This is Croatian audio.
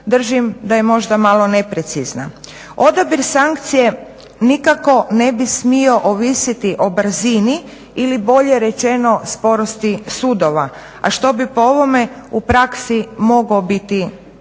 držim da je možda malo neprecizna. Odabir sankcije nikako ne bi smio ovisiti o brzini ili bolje rečeno sporosti sudova, a što bi po ovome u praksi mogao biti